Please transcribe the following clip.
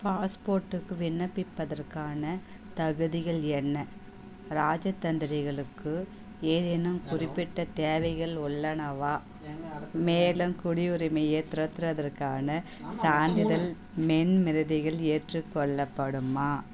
பாஸ்போர்ட்டுக்கு விண்ணப்பிப்பதற்கான தகுதிகள் என்ன ராஜ தந்திரிகளுக்கு ஏதேனும் குறிப்பிட்ட தேவைகள் உள்ளனவா மேலும் குடியுரிமையை துறத்துறதற்கான சான்றிதழ் மென் மிரதிகள் ஏற்றுக்கொள்ளப்படுமா